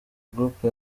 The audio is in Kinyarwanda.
groupe